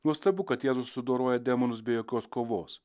nuostabu kad jėzus sudoroja demonus be jokios kovos